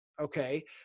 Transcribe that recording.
Okay